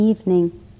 evening